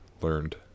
learned